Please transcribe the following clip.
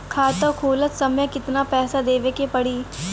खाता खोलत समय कितना पैसा देवे के पड़ी?